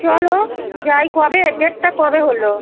চলো যাই কবে ডেটটা কবে হলো